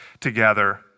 together